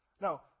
Now